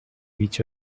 each